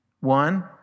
One